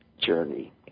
journey